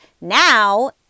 Now